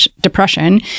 depression